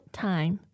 time